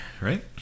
right